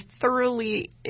thoroughly